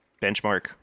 benchmark